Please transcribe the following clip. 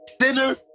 sinner